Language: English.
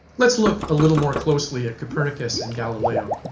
let's look a little more closely at copernicus and galileo.